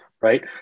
right